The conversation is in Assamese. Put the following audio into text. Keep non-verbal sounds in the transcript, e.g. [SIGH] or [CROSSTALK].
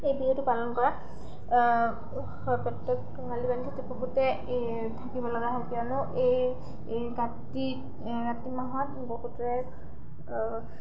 এই বিহুটো পালন কৰা [UNINTELLIGIBLE] কিয়নো এই এই কতি কাতি মাহত বহুতেৰে